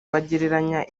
bagereranya